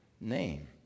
name